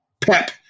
pep